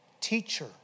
Teacher